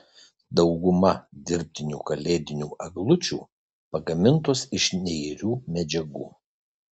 dauguma dirbtinių kalėdinių eglučių pagamintos iš neirių medžiagų